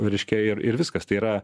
reiškia ir ir viskas tai yra